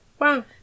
Wow